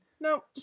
No